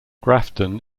grafton